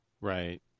Right